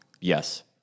Yes